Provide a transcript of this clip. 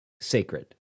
sacred